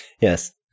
Yes